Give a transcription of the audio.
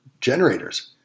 generators